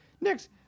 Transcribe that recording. Next